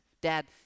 Dad